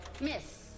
miss